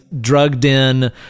drugged-in